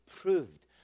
proved